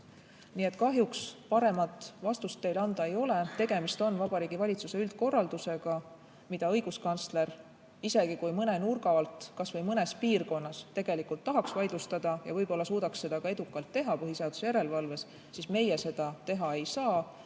Nii et kahjuks paremat vastust teile anda ei ole. Tegemist on Vabariigi Valitsuse üldkorraldusega, mida õiguskantsler, isegi kui mõne nurga alt, kasvõi mõnes piirkonnas tegelikult tahaks vaidlustada ja võib-olla suudaks seda ka edukalt teha põhiseaduse järelevalves, seda teha ei saa.